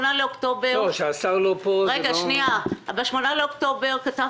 זה שהשר לא פה זה לא --- ב-8.10 כתבתי